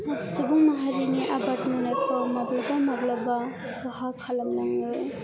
सुबुं माहारिनि आबाद मावनायखौ माब्लाबा माब्लाबा खहा खालामनाङो